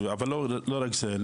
אבל לא רק זה,